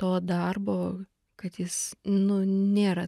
to darbo kad jis nu nėra